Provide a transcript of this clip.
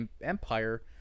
Empire